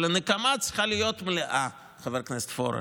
אבל הנקמה צריכה להיות מלאה, חבר הכנסת פורר,